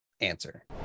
answer